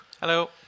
Hello